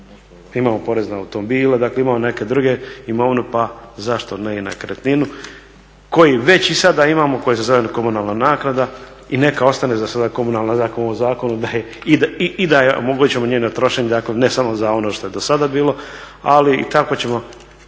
imamo porez na automobile, dakle imamo neke drugu imovinu pa zašto ne i nekretninu. Koji već i sada imamo koji se zove komunalna naknada. I neka ostane za sada komunalna, u ovom zakonu i da joj omogućimo njeno trošenje dakle ne samo za ono što je do sada bilo ali i tako ćemo